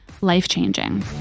life-changing